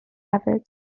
hefyd